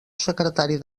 secretari